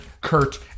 Kurt